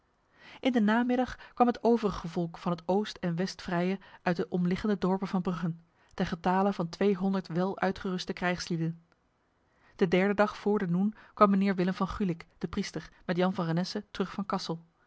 in de namiddag kwam het overige volk van het oost en westvrije uit de omliggende dorpen van brugge ten getale van tweehonderd wel uitgeruste krijgslieden de derde dag voor de noen kwam mijnheer willem van gulik de priester met jan van renesse terug van kassel